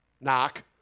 knock